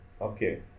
okay